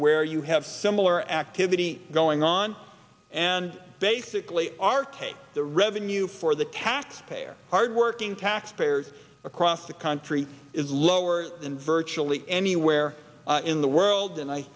where you have similar activity going on and basically are taking the revenue for the tax payer hard working taxpayers across the country is lower than virtually anywhere in the world and i